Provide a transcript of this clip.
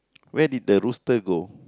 where did the rooster go